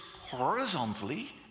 horizontally